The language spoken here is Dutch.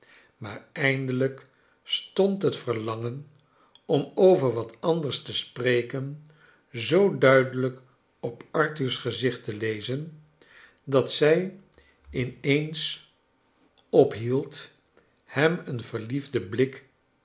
maar eindelijk stond het verlangen om over wat anders te spreken zoo duidelijk op arthur's gezicht te lezen dat zij in eens ophield hem een verliefden blik